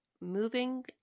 moving